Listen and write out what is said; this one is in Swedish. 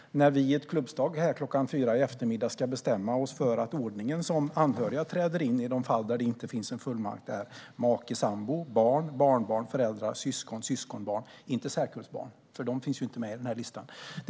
Kl. 16 ska vi här i kammaren med ett klubbslag bestämma att den ordning som anhöriga träder in när det inte finns någon fullmakt är make/sambo, barn, barnbarn, föräldrar, syskon, syskonbarn - men inte särkullbarn, för de finns inte med på listan.